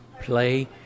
play